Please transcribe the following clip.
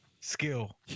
skill